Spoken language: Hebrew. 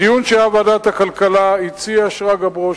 בדיון שהיה בוועדת הכלכלה הציע שרגא ברוש,